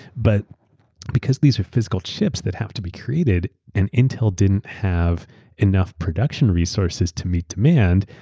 but because these are physical chips that have to be created and intel didn't have enough production resources to meet demand,